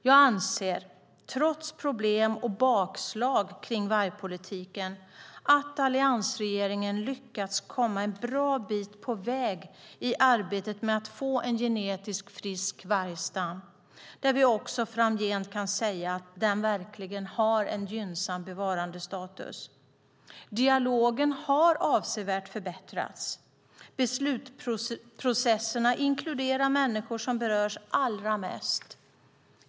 Jag anser, trots problem och bakslag kring vargpolitiken, att alliansregeringen lyckats komma en bra bit på väg i arbetet med att få en genetiskt frisk vargstam, där vi också framgent kan säga att den verkligen har en gynnsam bevarandestatus. Dialogen har avsevärt förbättrats. Beslutsprocesserna inkluderar människor som berörs allra mest.